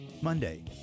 Monday